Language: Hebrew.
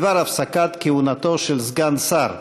בדבר הפסקת כהונתו של סגן שר.